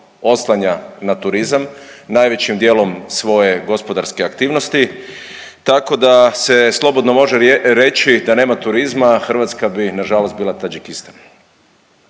oslanja na turizam. Najvećim dijelom svoje gospodarske aktivnosti, tako da se slobodno može reći da nema turizma, Hrvatska bi na žalost bila Tadžikistan.